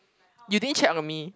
you didn't check on me